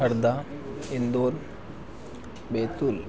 Harda Indore Betul